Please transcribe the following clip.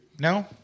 No